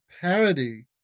parody